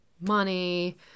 money